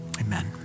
Amen